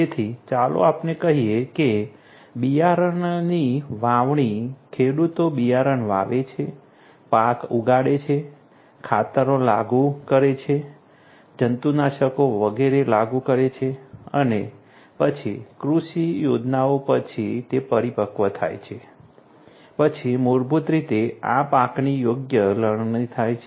તેથી ચાલો આપણે કહીએ કે બિયારણની વાવણી ખેડૂતો બિયારણ વાવે છે પાક ઉગાડે છે ખાતરો લાગુ કરે છે જંતુનાશકો વગેરે લાગુ કરે છે અને પછી કૃષિ યોજનાઓ પછી તે પરિપક્વ થાય છે પછી મૂળભૂત રીતે આ પાકની યોગ્ય લણણી થાય છે